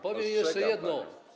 Powiem jeszcze jedno.